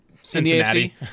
Cincinnati